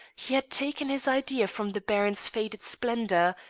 he had taken his idea from the baron's faded splendour,